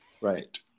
Right